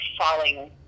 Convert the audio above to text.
falling